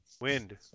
Wind